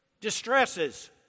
distresses